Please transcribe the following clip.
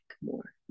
more